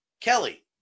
Kelly